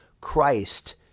Christ